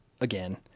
again